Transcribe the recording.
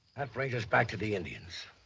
and brings us back to the indians.